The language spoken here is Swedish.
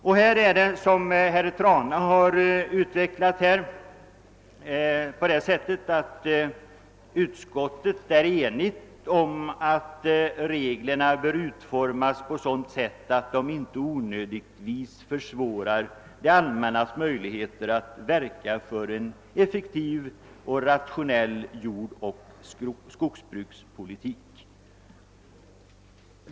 Såsom herr Trana framhöll är utskottet enigt om att reglerna bör utformas på sådant sätt att de inte onödigtvis försvårar det allmännas möjligheter att verka för en effektiv och rationell jordoch skogsbrukspolitik.